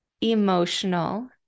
emotional